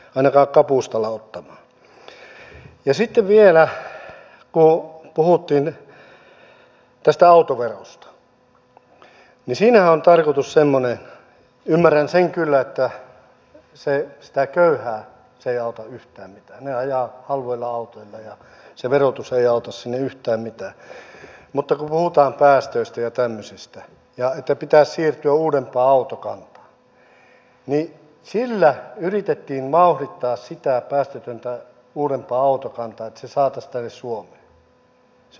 ja sitten vielä kun puhuttiin tästä autoverosta niin siinähän on tarkoitus semmoinen ymmärrän sen kyllä että sitä köyhää se ei auta yhtään mitään ne ajavat halvoilla autoilla ja se verotus ei auta sinne yhtään mitään kun puhutaan päästöistä ja tämmöisistä ja siitä että pitäisi siirtyä uudempaan autokantaan että sillä yritettiin vauhdittaa sitä päästötöntä uudempaa autokantaa että se saataisiin tänne suomeen